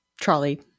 trolley